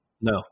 No